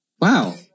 Wow